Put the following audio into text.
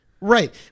Right